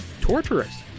torturous